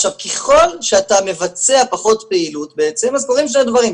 ככל שאתה מבצע פחות פעילות אז קורים שני דברים,